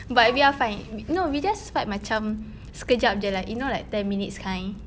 but we're fine we no we just fight macam sekejap jer lah you know like ten minutes kind